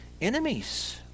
enemies